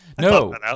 No